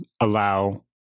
allow